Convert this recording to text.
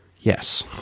Yes